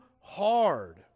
hard